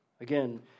Again